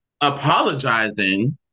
apologizing